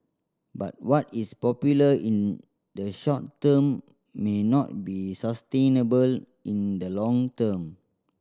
but what is popular in the short term may not be sustainable in the long term